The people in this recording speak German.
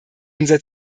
unser